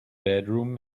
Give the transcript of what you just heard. bedroom